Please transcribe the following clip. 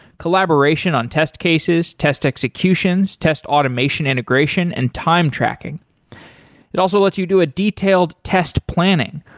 collaboration on test cases, test executions, test automation integration and time tracking it also lets you do a detailed test planning,